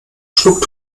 schlug